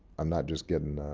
i'm not just getting